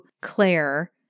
Claire